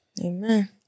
Amen